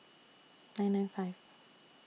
nine nine five